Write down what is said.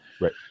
right